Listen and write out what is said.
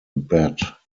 bat